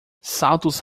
saltos